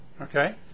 Okay